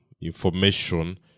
information